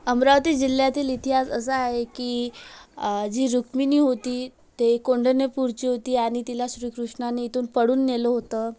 अमरावती जिल्ह्यातील इतिहास असा आहे की जी रुक्मिणी होती ते कौंढींण्यपुरची होती आणि तिला श्रीकृष्णांनी इथून पळून नेलं होते